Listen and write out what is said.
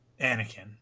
Anakin